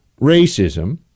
racism